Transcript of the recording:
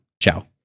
Ciao